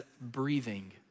breathing